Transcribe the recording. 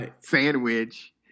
sandwich